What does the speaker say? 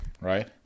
right